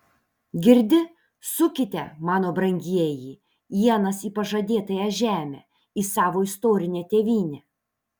girdi sukite mano brangieji ienas į pažadėtąją žemę į savo istorinę tėvynę